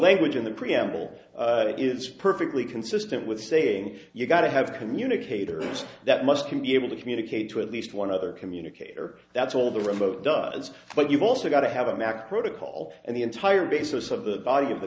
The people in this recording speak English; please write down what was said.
language in the preamble is perfectly consistent with the you've got to have communicators that must be able to communicate to at least one other communicator that's all the remote does but you've also got to have a mac protocol and the entire basis of the body of the